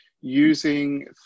using